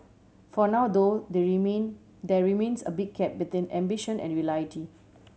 for now though the remain there remains a big gap between ambition and reality